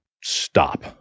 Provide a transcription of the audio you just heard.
stop